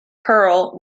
perl